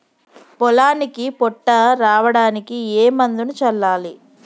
పొలానికి పొట్ట రావడానికి ఏ మందును చల్లాలి?